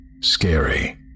SCARY